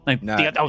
No